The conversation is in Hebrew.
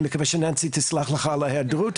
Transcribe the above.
אני מקווה שננסי תסלח לך על ההיעדרות,